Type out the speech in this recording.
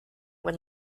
when